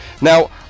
Now